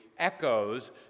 Echoes